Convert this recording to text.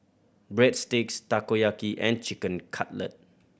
Breadsticks Takoyaki and Chicken Cutlet